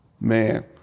man